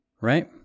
right